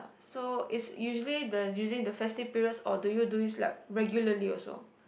so is usually the usually the festive periods or do you do these like regularly also